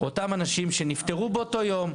אותם אנשים שנפטרו באותו יום,